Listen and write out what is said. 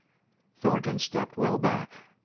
thornton stepped well back.